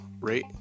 rate